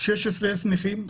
16,000 נכים,